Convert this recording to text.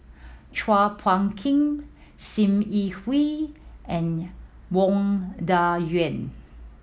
Chua Phung Kim Sim Yi Hui and Wang Dayuan